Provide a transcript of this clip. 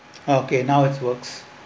okay now it's works